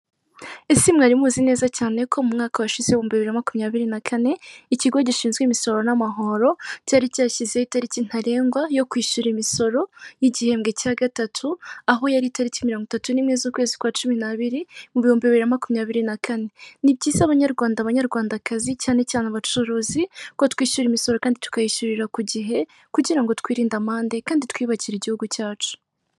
Ese mwari muzi neza cyane ko mu mwaka washize w'ibihumbi bibiri na makumyabiri na kane, ikigo gishinzwe imisoro n'amahoro cyari cyashyizeho italiki ntarengwa yo kwishyura imisoro y'igihembwe cya gatatu, aho yari italiki mirongo itatu n'imwe z'ukwezi kwa cumi n'abiri mu bihumbi bibiri na makumyabiri na kane. Ni byiza banyarwanda banyarwandakazi cyane cyane abacuruzi ko twishyura imisoro kandi tukayishyurira ku gihe kugira ngo twirinde amande kandi twiyubakire igihugu cyacu.